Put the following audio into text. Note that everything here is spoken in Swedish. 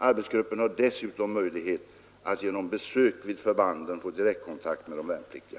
Arbetsgruppen har dessutom möjlighet att genom besök vid förbanden få direktkontakt med de värnpliktiga.